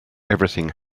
everything